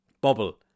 bubble